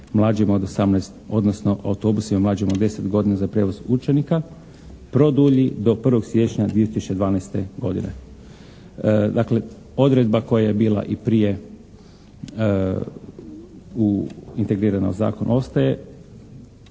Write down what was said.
odnosno autobusima mlađim od 10 godina za prijevoz učenika, produlji do 1. siječnja 2012. godine. Dakle, odredba koja je bila i prije integrirana u zakonu ostaje